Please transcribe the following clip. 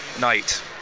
night